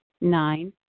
Nine